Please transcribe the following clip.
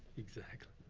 exactly.